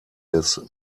des